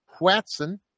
Watson